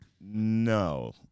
No